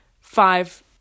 five